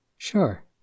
Sure